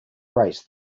race